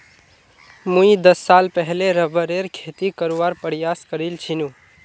मुई दस साल पहले रबरेर खेती करवार प्रयास करील छिनु